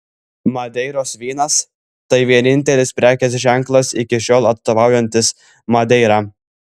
madeiros vynas tai vienintelis prekės ženklas iki šiol atstovaujantis madeirą